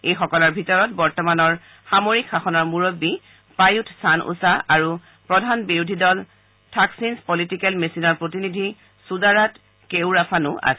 এইসকলৰ ভিতৰত বৰ্তমানৰ সামৰিক শাসনৰ মুৰববী পায়ুথ চান ওচা আৰু প্ৰধান বিৰোধী দল থাকছিন্ছ পলিটিকেল মেচিনৰ প্ৰতিনিধি চুদাৰাট কেয়ুৰাফানো আছে